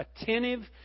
attentive